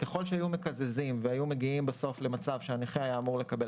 ככל שהיו מקזזים והיו מגיעים בסוף למצב שהנכה היה אמור לקבל